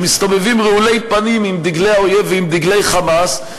שמסתובבים רעולי פנים עם דגלי האויב ועם דגלי "חמאס",